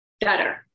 better